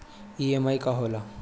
EMI का होला?